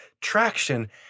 traction